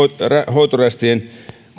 hoitorästien korjaamiseen